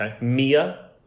Mia